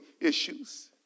issues